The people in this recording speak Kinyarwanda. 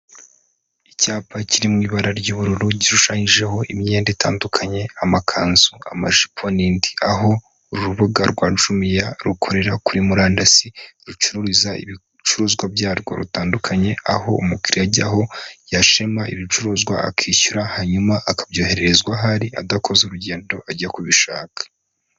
Icyapa kiri mu ibara ry'ubururu, gishushanyijeho imyenda itandukanye, amakanzu, amajipo, n'indi, aho urubuga rwa jumia rukorera kuri murandasi, rucururiza ibicuruzwa byarwo, bitandukanye, aho umukiriya ajyaho, yashima ibicuruzwa akishyura, hanyuma akabyohererezwa aho ari, adakoze urugendo ajya kubishaka.